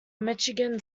michigan